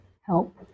help